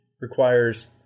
requires